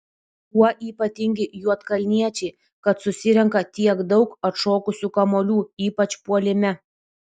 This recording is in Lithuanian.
kuo ypatingi juodkalniečiai kad susirenka tiek daug atšokusių kamuolių ypač puolime